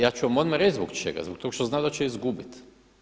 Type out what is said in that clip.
Ja ću vam odmah reći zbog čega, zbog toga što znaju da će izgubiti.